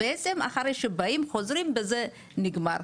בעצם אחרי שבאים, חוזרים וזה נגמר.